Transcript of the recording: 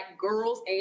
girls